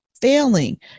failing